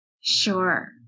Sure